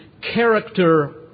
character